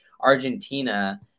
Argentina